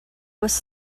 was